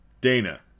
Dana